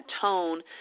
tone